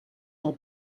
del